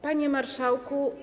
Panie Marszałku!